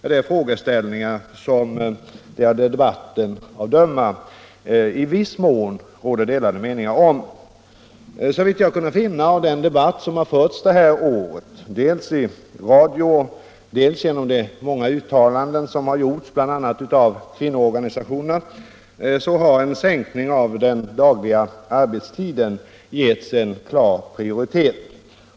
Ja, det är frågeställningar som det av debatten att döma i viss mån råder delade meningar om. Såvitt jag kunnat finna av den debatt som har förts detta år dels i radio, dels genom de många uttalanden som gjorts bl.a. av kvinnoorganisationerna har en sänkning av den dagliga arbetstiden getts en klar prioritet.